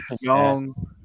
young